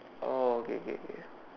oh okay okay okay